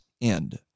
end